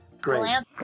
Great